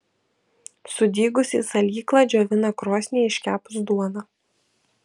sudygusį salyklą džiovina krosnyje iškepus duoną